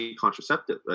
contraceptive